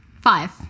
Five